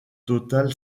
total